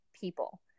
people